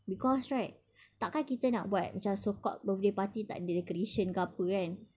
because right takkan kita nak buat macam so called birthday party tak ada decoration ke apa kan